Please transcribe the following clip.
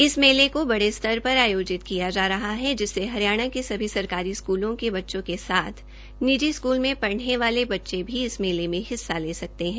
इस मेले को बड़े स्तर पर आयोजित किया जा रहा है जिससे हरियाणा के सभी सरकारी स्कूलों के बच्चों के साथ निजी स्कूलों में पढने वाले बच्चे भी इस मेले में हिस्से ले सकते हैं